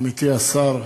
עמיתי השר,